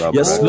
Yes